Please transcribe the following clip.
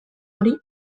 hori